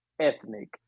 ethnic